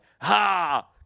Ha